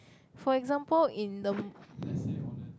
for example in the